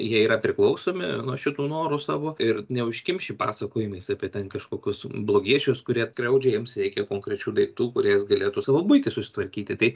jie yra priklausomi nuo šitų norų savo ir neužkimši pasakojimais apie ten kažkokius blogiečius kurie skriaudžia jiems reikia konkrečių daiktų kuriais galėtų savo buitį susitvarkyti taip